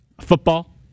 Football